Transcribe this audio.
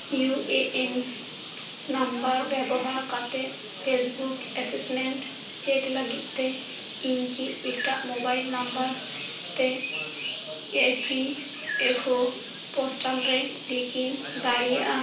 U A N number ᱵᱮᱵᱚᱦᱟᱨ ᱠᱟᱛᱮ Facebook assessment check ᱞᱟᱹᱜᱤᱫ ᱛᱮ ᱤᱧ ᱠᱤ ᱮᱴᱟᱜ ᱢᱳᱵᱟᱭᱤᱞ ᱱᱟᱢᱵᱟᱨ ᱛᱮ ᱮᱯᱤᱮᱯᱷᱳ ᱯᱳᱥᱴᱟᱞ ᱨᱮ ᱞᱤᱠᱤᱧ ᱫᱟᱲᱮᱭᱟᱜᱼᱟ